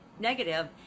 negative